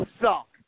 suck